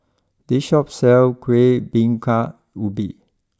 this Shop sells Kuih Bingka Ubi